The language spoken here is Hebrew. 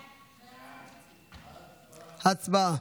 הצבעה.